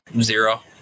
Zero